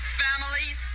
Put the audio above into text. families